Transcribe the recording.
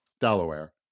Delaware